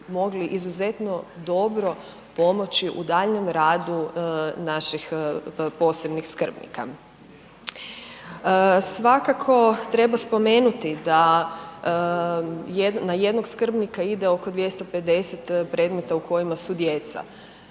mogli izuzetno dobro pomoći u daljnjem radu naših posebnih skrbnika. Svakako treba spomenuti da na jednog skrbnika ide oko 250 predmeta u kojima su djeca.